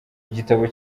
gitabo